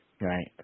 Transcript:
Right